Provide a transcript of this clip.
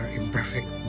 imperfect